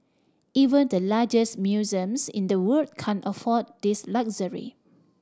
even the largest museums in the world can't afford this luxury